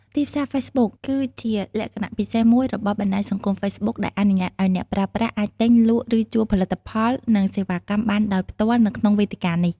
ទីផ្សារហ្វេសប៊ុក គឺជាលក្ខណៈពិសេសមួយរបស់បណ្តាញសង្គមហ្វេសប៊ុក ដែលអនុញ្ញាតឱ្យអ្នកប្រើប្រាស់អាចទិញ លក់ ឬជួលផលិតផលនិងសេវាកម្មបានដោយផ្ទាល់នៅក្នុងវេទិកានេះ។